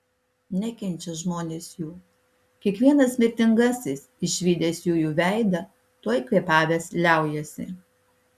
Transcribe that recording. nekenčia žmonės jų kiekvienas mirtingasis išvydęs jųjų veidą tuoj kvėpavęs liaujasi